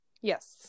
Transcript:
Yes